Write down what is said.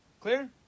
Clear